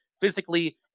physically